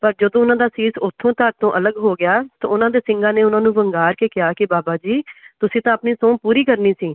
ਪਰ ਜਦੋਂ ਉਹਨਾਂ ਦਾ ਸੀਸ ਉੱਥੋਂ ਧੜ ਤੋਂ ਅਲੱਗ ਹੋ ਗਿਆ ਤਾਂ ਉਹਨਾਂ ਦੇ ਸਿੰਘਾਂ ਨੇ ਉਹਨਾਂ ਨੂੰ ਵੰਗਾਰ ਕੇ ਕਿਹਾ ਕਿ ਬਾਬਾ ਜੀ ਤੁਸੀਂ ਤਾਂ ਆਪਣੀ ਸਹੁੰ ਪੂਰੀ ਕਰਨੀ ਸੀ